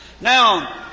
Now